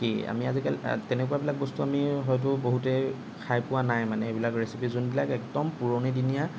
কি আমি আজিকালি তাত তেনেকুৱাবিলাক বস্তু আমি হয়তো বহুতে খাই পোৱা নাই মানে এইবিলাক ৰেচিপি যোনবিলাক একদম পুৰণি দিনীয়া